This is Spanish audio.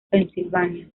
pensilvania